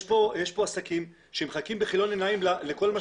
יש כאן עסקים שמחכים בכיליון עיניים לכל מה